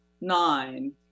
nine